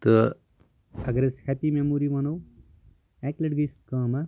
تہٕ اَگر أسۍ ہیپی میموری ونو اَکہِ لَٹہِ گٔیے اسہِ کٲم اکھ